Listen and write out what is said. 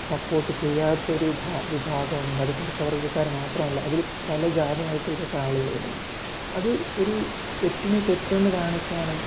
support ചെയ്യാത്തൊരു വിഭാഗവുമുണ്ട് അത് കറുത്ത വര്ഗ്ഗക്കാർ മാത്രമല്ല അതിൽ പല ജാതിമതത്തില്പ്പെട്ട ആളുകൾ വരുന്നു അത് ഒരു തെറ്റിനെ തെറ്റെന്ന് കാണിക്കാനും